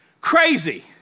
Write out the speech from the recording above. crazy